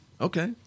Okay